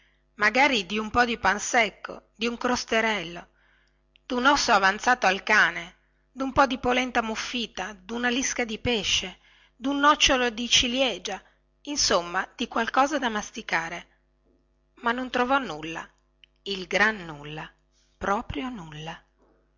magari un po di pan secco un crosterello un osso avanzato al cane un po di polenta muffita una lisca di pesce un nocciolo di ciliegia insomma di qualche cosa da masticare ma non trovò nulla il gran nulla proprio nulla